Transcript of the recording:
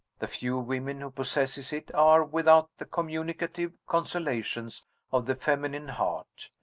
the few women who possess it are without the communicative consolations of the feminine heart.